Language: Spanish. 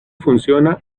funciona